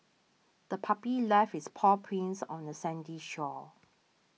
the puppy left its paw prints on the sandy shore